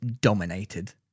dominated